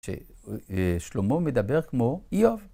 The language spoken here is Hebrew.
‫כששלמה מדבר כמו איוב.